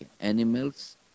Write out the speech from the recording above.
animals